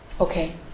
Okay